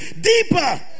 deeper